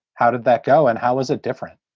how did that go and how is it different?